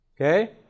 Okay